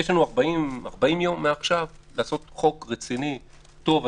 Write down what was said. יש לנו 40 יום מעכשיו לעשות חוק רציני, טוב.